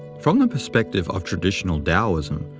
from the perspective of traditional taoism,